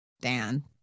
Dan